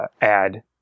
add